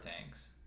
tanks